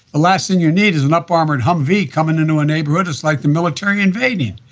the last thing you need is an up armored humvee coming into a neighborhood just like the military invading.